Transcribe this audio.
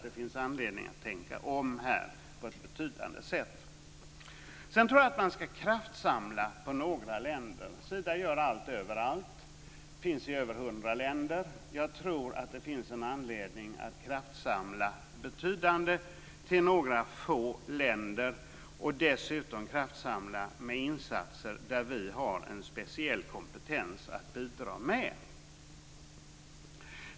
Det finns anledning att tänka om på ett betydande sätt här. Sedan bör man kraftsamla och satsa på några länder. Sida gör allt överallt. Sida finns i över hundra länder. Dessutom bör man lägga kraft på insatser i områden där vi har en speciell kompetens att bidra med.